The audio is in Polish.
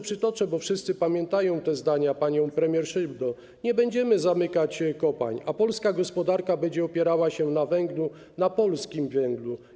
Przytoczę może, bo wszyscy pamiętają te zdania, panią premier Szydło: Nie będziemy zamykać kopalń, a polska gospodarka będzie opierała się na węglu, na polskim węglu.